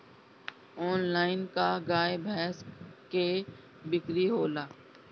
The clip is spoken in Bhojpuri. आनलाइन का गाय भैंस क बिक्री होला?